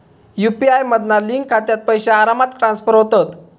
UPI मधना link खात्यात पैशे आरामात ट्रांसफर होतत